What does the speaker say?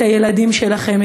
את הילדים שלכם,